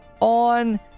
on